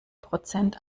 prozent